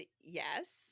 yes